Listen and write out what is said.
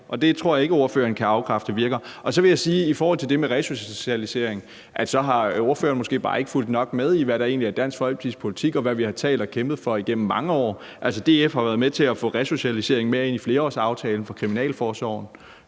det tror jeg ikke ordføreren kan afkræfte virker. Så vil jeg sige i forhold til det med resocialisering, at ordføreren måske bare ikke har fulgt nok med i, hvad der egentlig er Dansk Folkepartis politik, og hvad vi har talt og kæmpet for igennem mange år. DF har jo været med til at få resocialiseringen med ind i flerårsaftalen for kriminalforsorgen.